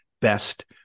best